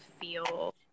feel